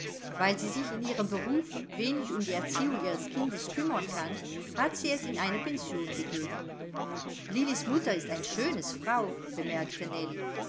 weil sie sich in ihrem berufe wenig um die erziehung ihres kindes kümmern kann hat sie es in eine pension gegeben lillis mutter ist ein schönes frau bemerkte